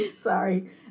Sorry